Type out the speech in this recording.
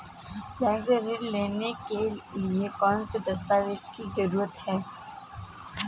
Bank से ऋण लेने के लिए कौन से दस्तावेज की जरूरत है?